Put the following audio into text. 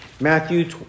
Matthew